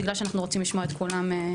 כי אנחנו רוצים לשמוע את כולם.